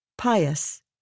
pious